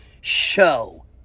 show